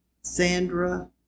Sandra